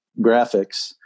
graphics